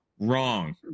Wrong